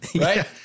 right